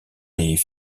est